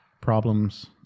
problems